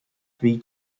three